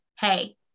Hey